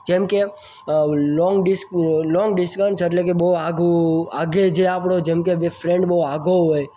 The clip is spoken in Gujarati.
જેમકે લોંગ ડિસ્ક લોંગ ડીસકંસ એટલે કે બહુ આઘું આઘે જે આપણો જેમકે ફ્રેન્ડ બહુ આઘો હોય